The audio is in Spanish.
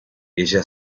ella